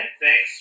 thanks